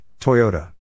Toyota